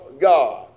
God